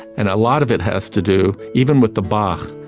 and a lot of it has to do, even with the bach,